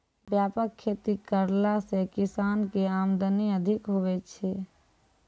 व्यापक खेती करला से किसान के आमदनी अधिक हुवै छै